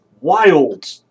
wild